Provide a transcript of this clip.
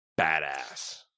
badass